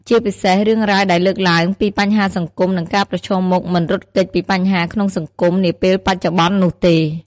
ជាពិសេសរឿងរ៉ាវដែលលើកឡើងពីបញ្ហាសង្គម និងការប្រឈមមុខមិនរត់គេចពីបញ្ហាក្នុងសង្គមនាពេលបច្ចុប្បន្ននោះទេ ។